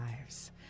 lives